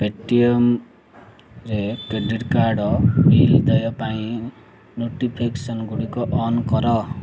ପେଟିଏମ୍ରେ credit card bill ଦେୟ ପାଇଁ ନୋଟିଫିକେସନ୍ ଗୁଡ଼ିକୁ ଅନ୍ କର